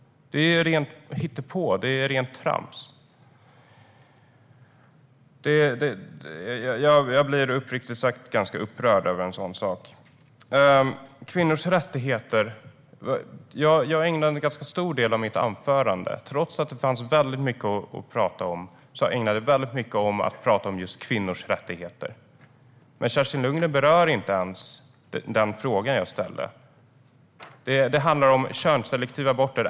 Det är ju rent hittepå. Det är rent trams. Jag blir uppriktigt sagt ganska upprörd över en sådan sak. Jag ägnade ganska stor del av mitt anförande, trots att det fanns mycket att tala om, åt att tala om kvinnors rättigheter. Men Kerstin Lundgren berör inte ens den fråga jag ställde. Den handlar om könsselektiva aborter.